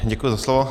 Děkuji za slovo.